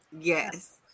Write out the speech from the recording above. Yes